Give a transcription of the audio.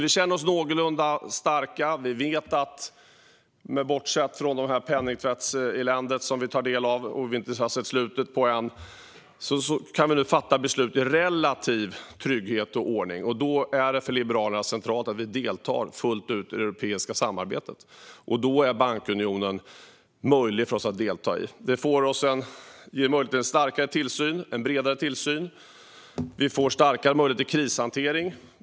Vi känner oss någorlunda starka och vet att vi - bortsett från penningtvättseländet, som vi inte har sett slutet på än - kan fatta beslut i relativ trygghet och ordning. I det läget är det för Liberalerna centralt att vi deltar fullt ut i det europeiska samarbetet, och då är bankunionen möjlig för oss att delta i. Det ger oss möjlighet till en starkare och bredare tillsyn, och vi får starkare möjligheter till krishantering.